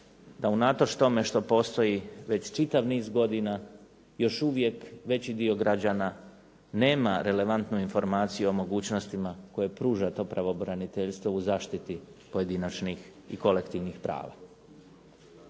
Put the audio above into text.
da unatoč tome što postoji već čitav niz godina još uvijek veći dio građana nema relevantnu informaciju o mogućnostima koje pruža to pravobraniteljstvo u zaštiti pojedinačnih i kolektivnih prava.